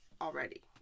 already